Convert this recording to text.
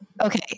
Okay